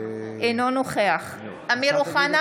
אינו נוכח אמיר אוחנה,